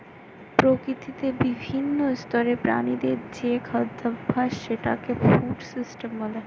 প্রকৃতিতে বিভিন্ন স্তরের প্রাণীদের যে খাদ্যাভাস সেটাকে ফুড সিস্টেম বলে